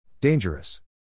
Dangerous